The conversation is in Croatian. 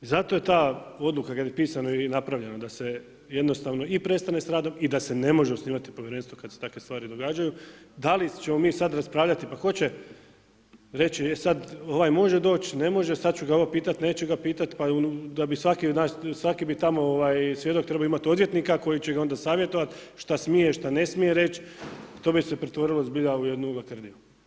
Zato je ta odluka kad je pisano i napravljena, da se jednostavno i prestane s radom i da se ne može osnivati povjerenstvo kad se takve stvari događaju, da li ćemo mi sad raspravljati, pa tko će reći e sad ovaj može doć, ne može, sad ću ga ovo pitat, neću ga pitat, da bi svaki bi tamo svjedok trebao imat odvjetnika koji će ga onda savjetovat šta smije, šta ne smije reć, to bi se pretvorilo zbilja u jednu lakrdiju.